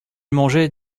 mangeaient